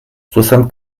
soixante